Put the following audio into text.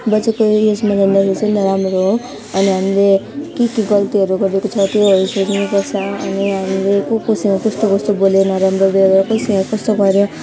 बजेको उयसमा जाँदाखेरि नराम्रो हो अनि हामीले के के गल्तीहरू गरेको छ त्योहरू सोच्नु पर्छ अनि हामीले को कोसँग कस्तो कस्तो बोल्यो नराम्रो व्यवहार कोसँग कस्तो गऱ्यो